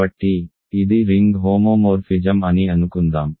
కాబట్టి ఇది ring homomorphism అని అనుకుందాం